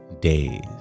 days